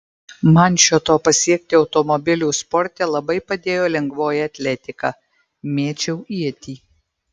man šio to pasiekti automobilių sporte labai padėjo lengvoji atletika mėčiau ietį